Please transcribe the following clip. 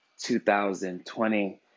2020